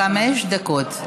חמש דקות.